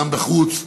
גם בחוץ,